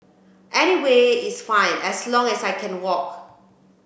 anywhere is fine as long as I can walk